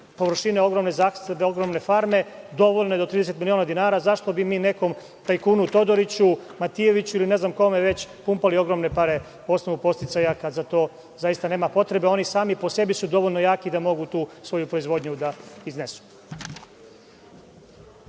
koji imaju ogromne površine, ogromne farme. Dovoljno je do 30 miliona dinara. Zašto bismo mi nekom tajkunu Todoriću, Matijeviću ili ne znam kome već pumpali ogromne pare, na osnovu podsticaja, kada za to nema potrebe? Oni su sami po sebi dovoljno jaki da mogu svoju proizvodnju da iznesu.